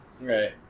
right